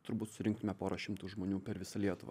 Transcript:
turbūt surinktume pora šimtų žmonių per visą lietuvą